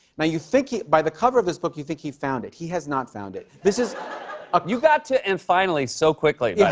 now you think by the cover of this book, you think he found it. he has not found it. this is you got to and finally so quickly, yeah